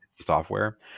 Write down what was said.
software